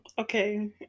okay